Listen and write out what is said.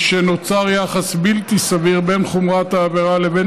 משנוצר יחס בלתי סביר בין חומרת העבירה לבין